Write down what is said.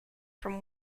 from